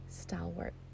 stalwart